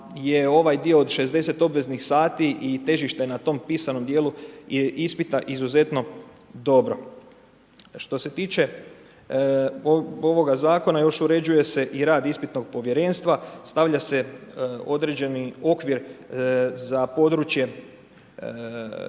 ovaj dio od 60 obveznih sati i težište na tom pisanom dijelu ispita je izuzetno dobro. Što se tiče ovoga zakona, još, uređuje se i rad ispitnog povjerenstva, stavlja se određeni okvir za područje jedne usmene